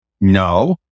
No